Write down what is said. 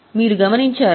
మీరు గమనించారా